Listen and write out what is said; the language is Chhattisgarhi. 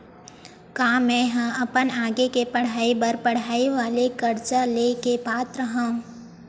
का मेंहा अपन आगे के पढई बर पढई वाले कर्जा ले के पात्र हव?